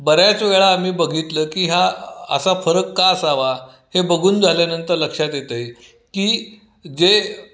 बऱ्याच वेळा आम्ही बघितलं की हा असा फरक का असावा हे बघून झाल्यानंतर लक्षात येतं आहे की जे